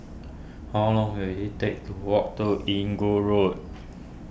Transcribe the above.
how long will it take to walk to Inggu Road